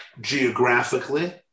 Geographically